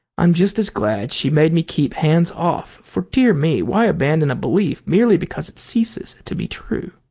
i'm just as glad she made me keep hands off, for, dear me, why abandon a belief merely because it ceases to be true.